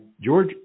George